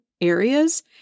areas